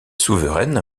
souveraine